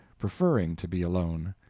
preferring to be alone.